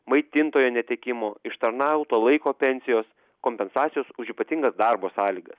maitintojo netekimo ištarnauto laiko pensijos kompensacijos už ypatingas darbo sąlygas